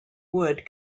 wood